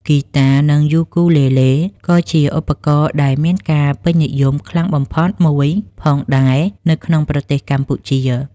ហ្គីតា និង យូគូលេលេ ក៏ជាឧបករណ៍ដែលមានការពេញនិយមខ្លាំងបំផុតមួយផងដែរនៅក្នុងប្រទេសកម្ពុជា។